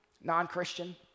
Non-Christian